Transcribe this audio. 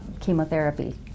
chemotherapy